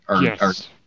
Yes